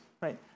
right